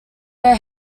their